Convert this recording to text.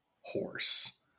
Horse